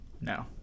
no